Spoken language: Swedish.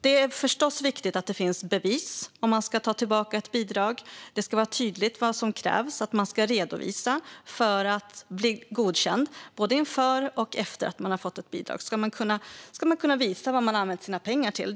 Det är förstås viktigt att det finns bevis om man ska ta tillbaka ett bidrag. Det ska vara tydligt vad som krävs och vad man ska redovisa för att bli godkänd. Både inför att man ska få och efter att man har fått ett bidrag ska man kunna visa vad man har använt sina pengar till.